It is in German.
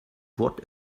wort